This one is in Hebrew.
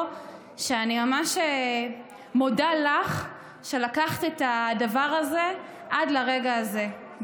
שאני ממש מודה לך שלקחת את הדבר הזה עד לרגע הזה,